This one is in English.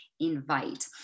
invite